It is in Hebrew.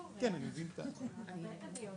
לכן נשאיר אותו